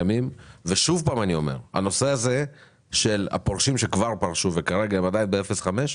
שוב אני אומר שהנושא הזה של הפורשים שכבר פרשו וכרגע הם עדיין ב-0.5,